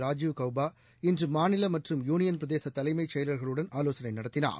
ராஜீவ் கௌபா இன்று மாநில மற்றும் யூளியன்பிரதேச தலைமைச் செயலாளர்களுடன் ஆலோசனை நடத்தினார்